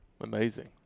Amazing